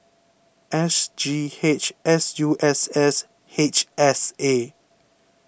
S G H S U S S H S A